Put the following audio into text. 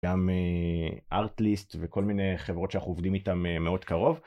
גם ארטליסט וכל מיני חברות שאנחנו עובדים איתן מאוד קרוב.